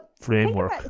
framework